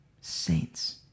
saints